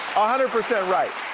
a hundred percent right.